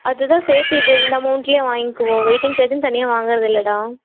அதுதான் சேர்த்து இது இந்த அமௌண்ட்லேயே வாங்கிக்கிவோம் வெயிட்டிங் சார்ஜுன்னு தனியாக வாங்குறது இல்லைடா